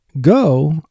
go